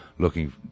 Looking